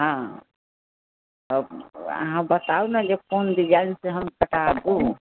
हँ तब अहाँ बताउ ने जे कोन डिजाइनसँ हम कटाबू